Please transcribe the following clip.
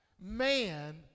man